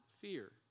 fear